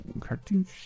Cartoon